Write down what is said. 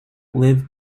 lived